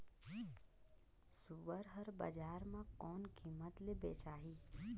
सुअर हर बजार मां कोन कीमत ले बेचाही?